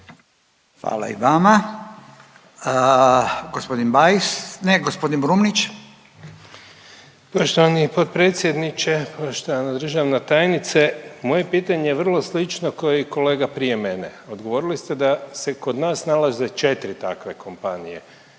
Hvala i vama. Gospodin Bajs ne, g. Brumnić.